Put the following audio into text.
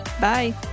Bye